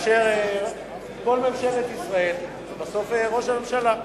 כל ממשלת ישראל, ובסוף ראש הממשלה.